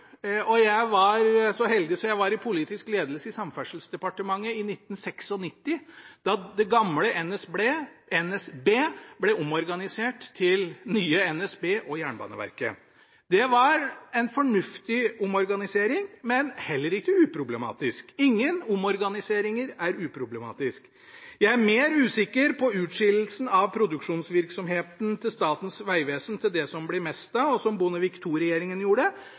og jeg var så heldig å være i politisk ledelse i Samferdselsdepartementet i 1996 da det gamle NSB ble omorganisert til nye NSB og Jernbaneverket. Det var en fornuftig omorganisering, men heller ikke uproblematisk. Ingen omorganiseringer er uproblematiske. Jeg er mer usikker på utskillelsen av produksjonsvirksomheten i Statens vegvesen til det som ble Mesta, og som Bondevik II-regjeringen gjorde.